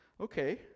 Okay